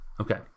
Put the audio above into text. Okay